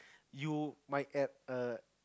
you might add err